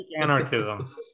anarchism